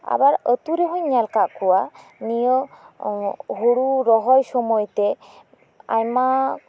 ᱟᱵᱟᱨ ᱟᱛᱩ ᱨᱮ ᱦᱚᱸᱧ ᱧᱮᱞ ᱠᱟᱜ ᱠᱚᱣᱟ ᱱᱤᱭᱟᱹ ᱦᱩᱲᱩ ᱨᱚᱦᱚᱭ ᱥᱩᱢᱟᱹᱭ ᱛᱮ ᱟᱭᱢᱟ